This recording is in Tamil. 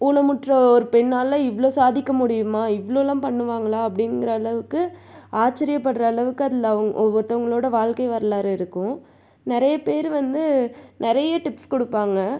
ஊனமுற்ற ஒரு பெண்ணால் இவ்வளோ சாதிக்க முடியுமா இவ்வளோலாம் பண்ணுவாங்களா அப்படிங்கிற அளவுக்கு ஆச்சரியப்பட்ற அளவுக்கு அதில் ஒவ்வொருத்தவங்களோடய வாழ்க்கை வரலாறு இருக்கும் நிறைய பேர் வந்து நிறைய டிப்ஸ் கொடுப்பாங்க